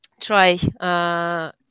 try